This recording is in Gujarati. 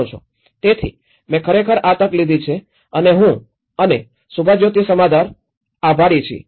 તેથી મેં ખરેખર આ તક લીધી છે અને હું અને સુભાજ્યોતિ સમાધાર આભારી છીએ